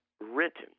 written